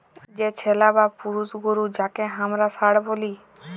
যে ছেলা বা পুরুষ গরু যাঁকে হামরা ষাঁড় ব্যলি